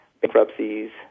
bankruptcies